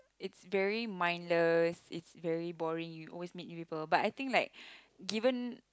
it's very mindless it's very boring you always meet new people but I think like given